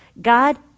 God